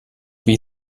wie